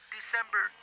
December